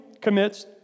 commits